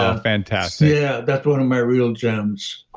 ah fantastic yeah. that's one of my real gems